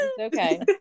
okay